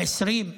20,